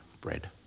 bread